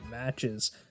matches